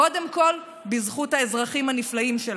קודם כול בזכות האזרחים הנפלאים שלה,